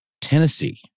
Tennessee